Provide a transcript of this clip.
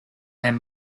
and